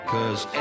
Cause